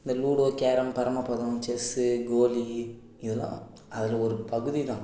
இந்த ludo carrom Paramapadam chess கோலி இதெல்லாம் அதில் ஒரு பகுதி தான்